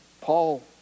Paul